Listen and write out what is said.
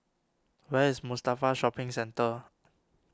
where is Mustafa Shopping Centre